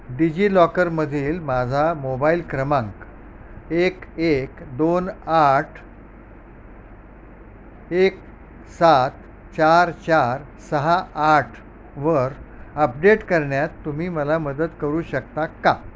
digi लॉकरमधील माझा mobile क्रमांक एक एक दोन आठ एक सात चार चार सहा आठवर अपडेट करण्यात तुम्ही मला मदत करू शकता का